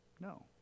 No